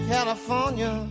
California